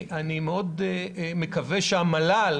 אני מאוד מקווה שהמל"ל,